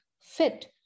fit